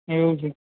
એવું છે